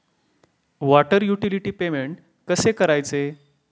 Water utility payment कसे करायचे?